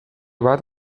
bat